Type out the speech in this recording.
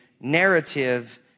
narrative